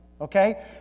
okay